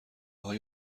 های